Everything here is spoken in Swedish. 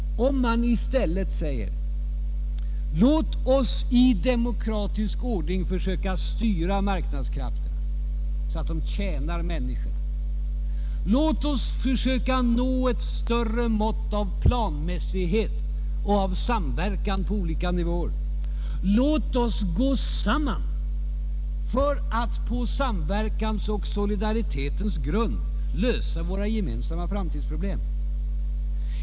Man borde i stället säga: Låt oss i demokratisk ordning försöka styra marknadskrafterna, så att de tjänar människorna, låt oss söka nå ett större mått av planmässighet och av samverkan på olika nivåer, låt oss gå samman för att på samverkans och solidaritetens grund lösa våra gemensamma framtidsproblem.